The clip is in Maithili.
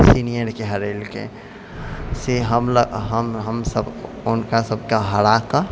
सीनियरके हरेलकै से हमसब हुनका सबके हराकऽ